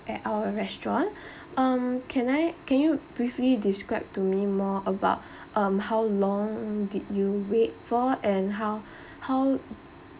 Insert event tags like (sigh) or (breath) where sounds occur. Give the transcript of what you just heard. at our restaurant (breath) um can I can you briefly describe to me more about (breath) um how long did you wait for and how (breath) how